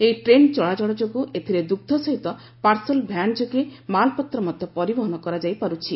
ଏହି ଟ୍ରେନ୍ ଚଳାଚଳ ଯୋଗୁଁ ଏଥିରେ ଦୁଗ୍ମ ସହିତ ପାର୍ସଲ ଭ୍ୟାନ୍ ଯୋଗେ ମାଲପତ୍ର ମଧ୍ୟ ପରିବହନ କରାଯାଇ ପାରୁଛି